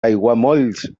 aiguamolls